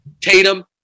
Tatum